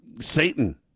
Satan